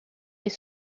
les